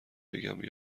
بگم